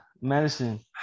medicine